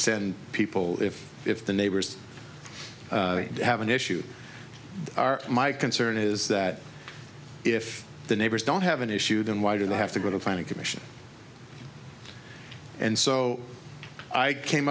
send people if the neighbors have an issue are my concern is that if the neighbors don't have an issue then why did i have to go to find a commission and so i came